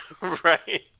right